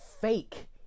fake